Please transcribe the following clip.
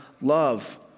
love